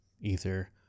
Ether